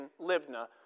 Libna